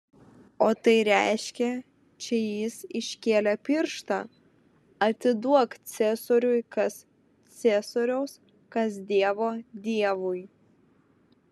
o tai reiškia čia jis iškėlė pirštą atiduok ciesoriui kas ciesoriaus kas dievo dievui